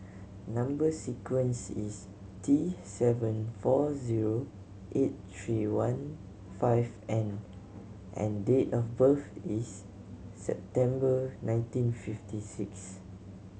number sequence is T seven four zero eight three one five N and date of birth is September nineteen fifty six